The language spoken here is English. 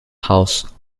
house